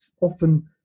often